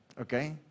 Okay